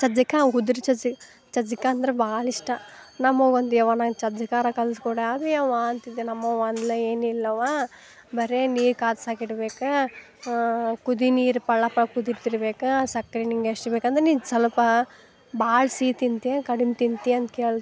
ಚಜ್ಜಿಕಾ ಉದುರಿ ಚಜ್ಜಿ ಚಜ್ಜಿಕಾಂದ್ರೆ ಭಾಳ ಇಷ್ಟ ನಮ್ಮವ್ವಂದು ಯವ್ವ ನಂಗೆ ಚಜ್ಜಿಕಾರ ಕಲ್ಸ್ಕೊಡ ಯವ್ವಾ ಅಂತಿದ್ದೆ ನಮ್ಮವ್ವ ಅಂದ್ಲು ಏನಿಲ್ಲವಾ ಬರೇ ನೀ ಕಾದ್ಸಾಕಿಡ್ಬೇಕು ಕುದಿ ನೀರು ಪಳ್ಳ ಪಳ್ ಕುದಿತಿರ್ಬೇಕು ಸಕ್ರೆ ನಿಂಗೆಷ್ಟು ಬೇಕಂದ್ರೆ ನೀನು ಸೊಲ್ಪಾ ಭಾಳ ಸಿಹಿ ತಿಂತ್ಯ ಕಡಿಮೆ ತಿಂತ್ಯಾ ಅಂತ ಕೇಳ್ದೆ